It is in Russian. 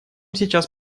сейчас